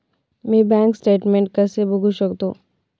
मी bank statement कसे बघू शकतो?